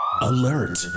Alert